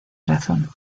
razón